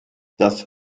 das